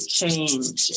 change